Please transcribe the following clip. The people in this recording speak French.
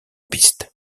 piste